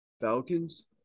Falcons